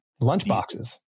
Lunchboxes